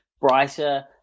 brighter